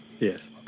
Yes